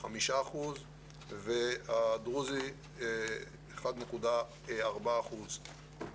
חמישה אחוזים והמגזר הדרוזי 1.4 אחוז.